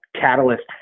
catalyst